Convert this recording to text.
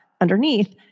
underneath